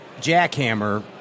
jackhammer